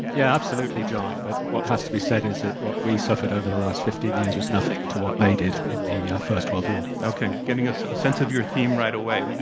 yeah, absolutely, john. but what has to be said is that what we suffered over the last fifteen years was nothing to what they did in the first world war. okay, getting a sense of your theme right away.